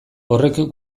horrek